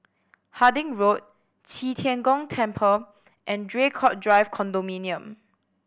Harding Road Qi Tian Gong Temple and Draycott Drive Condominium